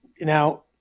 Now